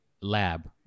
lab